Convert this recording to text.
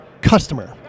customer